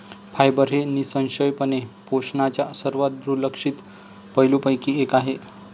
fibre हे निःसंशयपणे पोषणाच्या सर्वात दुर्लक्षित पैलूंपैकी एक आहे